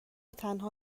تنها